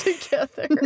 together